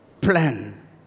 plan